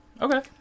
Okay